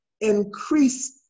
increase